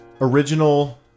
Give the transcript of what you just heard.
original